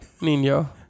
Nino